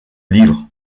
livre